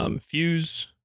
Fuse